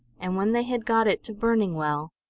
and when they had got it to burning well,